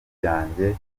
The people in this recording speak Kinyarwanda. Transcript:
byanjye